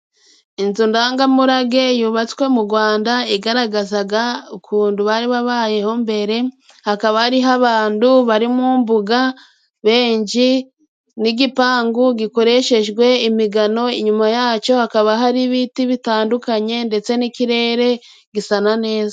Inzu ndangamurage yubatswe mu Gwanda igaragazaga ukundu bari babayeho hambere hakaba ariho abandu bari mu mbuga benji n'igipangu gikoreshejwe imigano inyuma yaco hakaba hari ibiti bitandukanye ndetse n'ikirere gisa na neza.